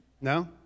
No